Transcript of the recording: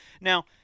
Now